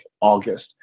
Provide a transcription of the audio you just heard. August